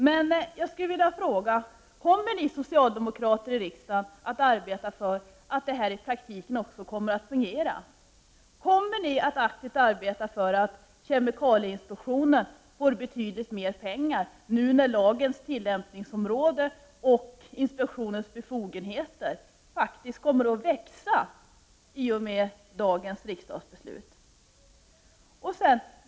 Men jag skulle vilja fråga: Kommer ni socialdemokrater i riksdagen att arbeta för att detta i praktiken också kommer att fungera? Kommer ni att aktivt arbeta för att kemikalieinspektionen får betydligt mer pengar nu när lagens tillämpningsområde och inspektionens befogenheter i och med dagens riksdagsbeslut faktiskt kommer att växa?